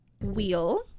wheel